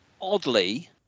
Oddly